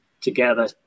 together